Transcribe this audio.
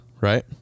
right